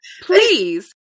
please